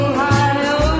Ohio